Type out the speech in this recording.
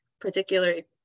particularly